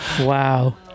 Wow